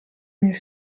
nel